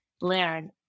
learn